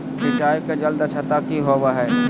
सिंचाई के जल दक्षता कि होवय हैय?